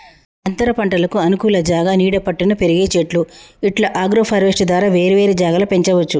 అంతరపంటలకు అనుకూల జాగా నీడ పట్టున పెరిగే చెట్లు ఇట్లా అగ్రోఫారెస్ట్య్ ద్వారా వేరే వేరే జాగల పెంచవచ్చు